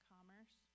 Commerce